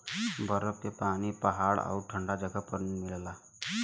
बरफ के पानी पहाड़ आउर ठंडा जगह पर मिलला